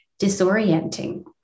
disorienting